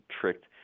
tricked